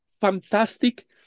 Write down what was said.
fantastic